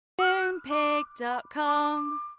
Moonpig.com